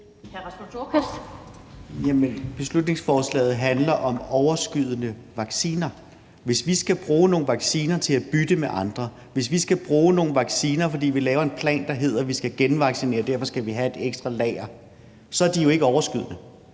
Nordqvist (SF): Jamen beslutningsforslaget handler om overskydende vacciner, og hvis vi skal bruge nogle vacciner til at bytte med andre, hvis vi skal bruge nogle vacciner, fordi vi laver en plan, der handler om, at vi skal genvaccinere, og at vi derfor skal have et ekstra lager, så er de jo ikke overskydende.